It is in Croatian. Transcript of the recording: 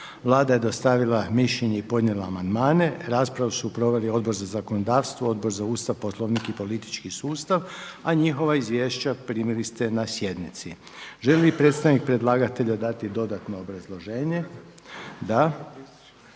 Vlada je dostavila mišljenje i podnijela amandmane. Raspravu su proveli Odbor za zakonodavstvo, Odbor za Ustav, Poslovnik i politički sustav, a njihova izvješća primili ste na sjednici. Želi li predstavnik predlagatelja dati dodatno obrazloženje? Da.